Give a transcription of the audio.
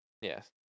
yes